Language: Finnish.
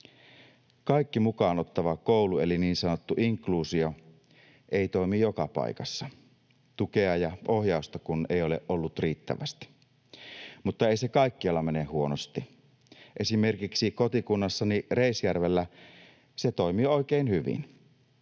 Kaikki mukaan ottava koulu eli niin sanottu inkluusio ei toimi joka paikassa, tukea ja ohjausta kun ei ole ollut riittävästi. Mutta ei se kaikkialla mene huonosti. Esimerkiksi kotikunnassani Reisjärvellä se toimii oikein hyvin.